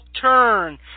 turn